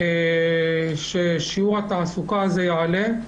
ששיעור התעסוקה הזה יעלה.